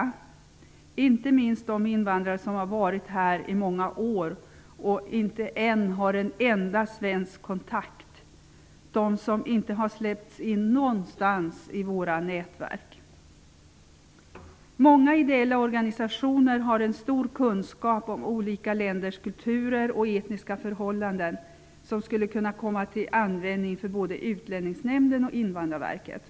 Det behöver inte minst de invandrare som har varit här i många år och inte har en enda svensk kontakt och inte släpps in någonstans i våra nätverk. Många ideella organisationer har en stor kunskap om olika länders kulturer och etniska förhållanden som skulle kunna komma till användning hos både utlänningsnämnden och Invandrarverket.